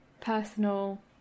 personal